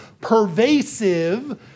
pervasive